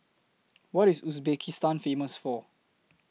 What IS Uzbekistan Famous For